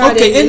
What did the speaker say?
Okay